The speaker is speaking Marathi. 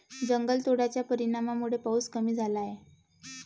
जंगलतोडाच्या परिणामामुळे पाऊस कमी झाला आहे